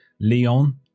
Leon